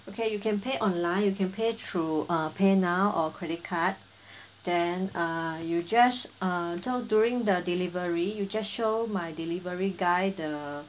okay you can pay online you can pay through uh paynow or credit card then uh you just uh so during the delivery you just show my delivery guy the